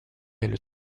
est